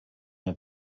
mir